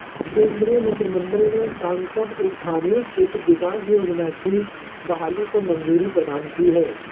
केन्द्रीय मंत्रिमंडल ने सांसद स्थानीय क्षेत्र विकास योजना की बहाली को मंज़ूरी प्रदान की है